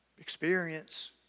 experience